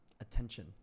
Attention